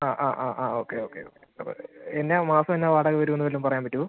ആ ആ ആ ആ ഓക്കെ ഓക്കെ ഓക്കെ അപ്പോൾ എന്നാ മാസമെന്നാ വാടക വരുന്നത് വല്ലോം പറയാൻ പറ്റോ